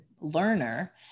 learner